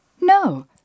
No